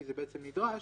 כי זה בעצם נדרש,